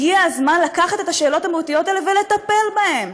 הגיע הזמן לקחת את השאלות המהותיות האלה ולטפל בהן,